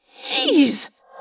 Jeez